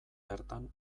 bertan